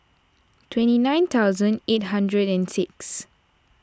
twenty nine thousand eight hundred and six